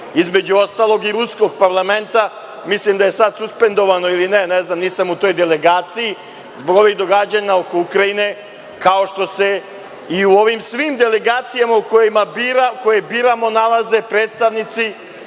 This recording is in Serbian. između ostalog i ruskog parlamenta. Mislim da je sada suspendovano ili ne, ne znam, nisam u toj delegaciji, zbog broja događanja oko Ukrajine, kao što se i u ovim svim delegacijama koje biramo nalaze predstavnici